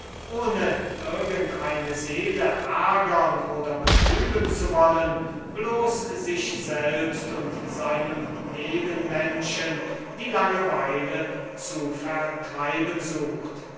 ohne irgend eine seele ärgern oder betrüben zu wollen bloß sich selbst und seinem nebenmenschen die langeweile zu vertreiben sucht